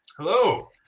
Hello